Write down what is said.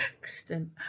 Kristen